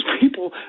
people